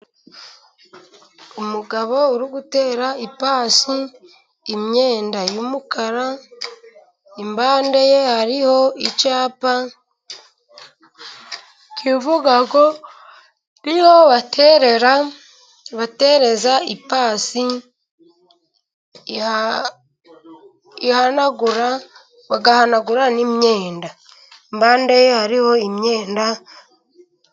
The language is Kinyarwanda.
Umugabo uri gutera ipasi imyenda y'umukara, impande ye hariho icyapa kivuga ngo n'iho baterera batereza ipasi ihanagura, bagahanagura n'imyenda, impande ye hariho imyenda...